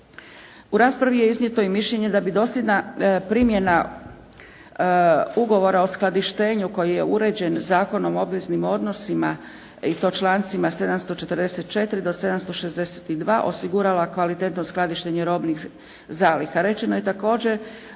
U raspravi je iznijeto i mišljenje da bi dosljedna primjena ugovora o skladištenju koji je uređen Zakonom o obveznim odnosima i to člancima 744. do 762. osigurala kvalitetno skladištenje robnih zaliha.